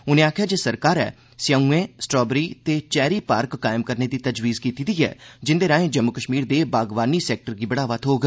उन्ने आखेआ जे सरकारै सेअउएं स्ट्राबरी ते चेरी पार्क कायम करने दी तजवीज़ कीती दी ऐ जिंदे राएं जम्मू कश्मीर दे बागवानी सैक्टर गी बढ़ावा थ्होग